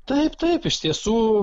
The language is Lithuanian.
taip taip iš tiesų